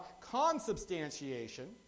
Consubstantiation